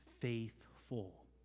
Faithful